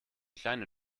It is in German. kleine